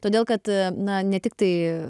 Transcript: todėl kad na ne tiktai